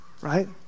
right